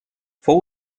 fou